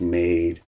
made